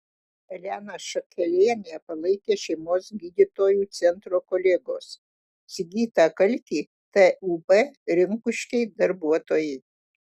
eleną šakelienę palaikė šeimos gydytojų centro kolegos sigitą kalkį tūb rinkuškiai darbuotojai